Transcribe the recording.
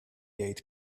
eight